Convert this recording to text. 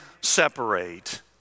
separate